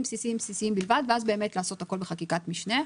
בסיסיים בלבד ואז באמת לעשות הכול בחקיקת משנה.